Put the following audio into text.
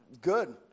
good